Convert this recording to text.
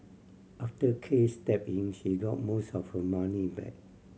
after Case stepped in she got most of her money back